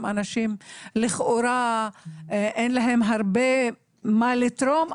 אנשים שלכאורה אין להם הרבה מה לתרום,